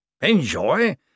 Enjoy